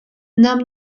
нам